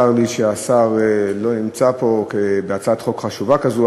צר לי שהשר לא נמצא פה בהצעת חוק חשובה כזו,